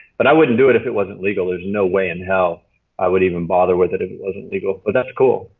but i wouldn't do it if it wasn't legal, there's no way in hell i would even bother with it, if it wasn't legal. but that's cool.